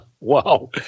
Wow